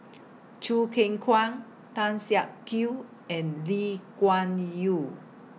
Choo Keng Kwang Tan Siak Kew and Lee Kuan Yew